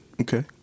Okay